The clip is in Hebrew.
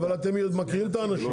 אבל מישהו חייב לרכז.